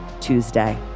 Tuesday